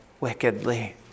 wickedly